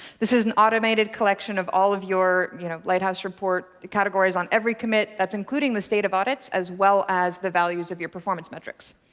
this is an automated collection of all of your you know lighthouse report categories on every commit. that's including the state of audits, as well as the values of your performance metrics.